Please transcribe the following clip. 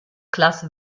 klasse